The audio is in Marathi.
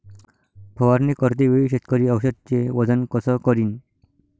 फवारणी करते वेळी शेतकरी औषधचे वजन कस करीन?